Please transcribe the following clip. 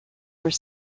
were